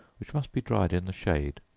which must be dried in the shade,